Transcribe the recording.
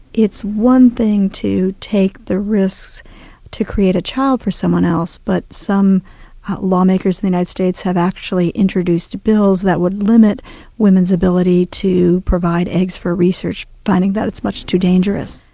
it's one thing to take the risks to create a child for someone else, but some lawmakers in the united states have actually introduced bills that would limit women's ability to provide eggs for research, finding that it's much too dangerous.